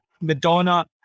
Madonna